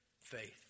faith